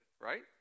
right